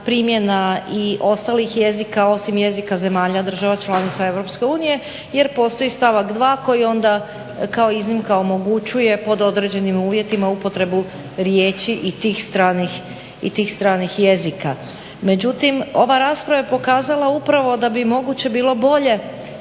primjena i ostalih jezika, osim jezika zemalja država članica Europske unije jer postoji stavak 2. koji onda kao iznimka omogućuje pod određenim uvjetima upotrebu riječi i tih stranih jezika. Međutim, ova rasprava je pokazala upravo da bi moguće bilo bolje